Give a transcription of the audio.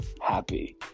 happy